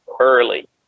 early